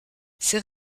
ces